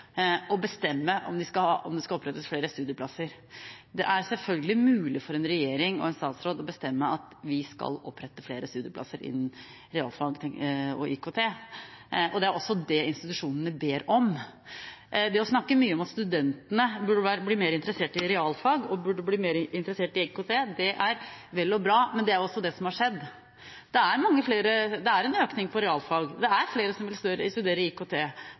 å bestemme om det skal opprettes flere studieplasser. Det er selvfølgelig mulig for en regjering og en statsråd å bestemme at vi skal opprette flere studieplasser innen realfag og IKT. Det er også det institusjonene ber om. Det er snakket mye om at studentene burde bli mer interessert i realfag og i IKT. Det er vel og bra, men det er også det som har skjedd. Det er en økning på realfag. Det er flere som vil studere IKT.